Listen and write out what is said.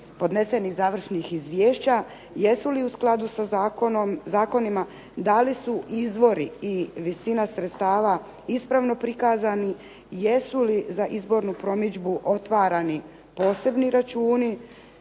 podnesenih završnih izvješća, jesu li u skladu sa zakonima? Da li su izvori i visina sredstava ispravno prikazani ? jesu li za izbornu promidžbu otvarani posebni računi?